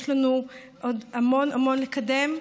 יש לנו עוד המון המון לקדם,